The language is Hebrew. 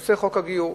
בנושא חוק הגיור,